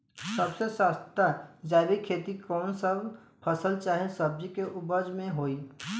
सबसे सस्ता जैविक खेती कौन सा फसल चाहे सब्जी के उपज मे होई?